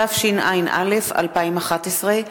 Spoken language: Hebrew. התשע”א 2011,